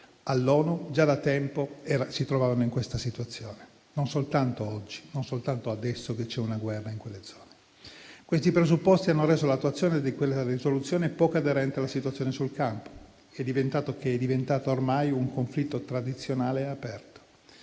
erano già da tempo in questa situazione, quindi non soltanto oggi, che c'è una guerra in quelle zone. Questi presupposti hanno reso l'attuazione di quella risoluzione poco aderente alla situazione sul campo, che è diventata ormai un conflitto tradizionale e aperto.